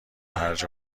هرج